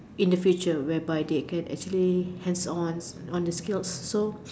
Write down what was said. in the future where by they can actually hands on on the skills so